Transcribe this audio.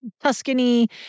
Tuscany